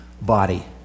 body